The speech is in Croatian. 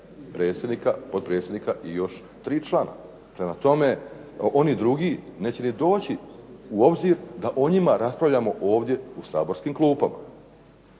predsjednika, potpredsjednika i još tri člana. Prema tome, oni drugi neće ni doći u obzir da o njima raspravljamo ovdje u saborskim klupama.